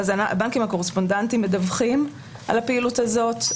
הבנקים הקורספונדנטים מדווחים על הפעילות הזאת,